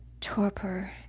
torpor